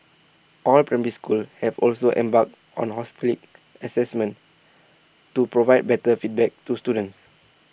all primary schools have also embarked on holistic Assessment to provide better feedback to students